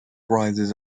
rises